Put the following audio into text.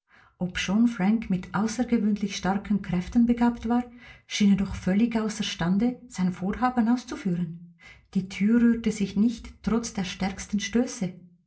obschon frank mit außergewöhnlich starken kräften begabt war schien er doch völlig außer stande sein vorhaben auszuführen die tür rührte sich nicht trotz der stärksten stöße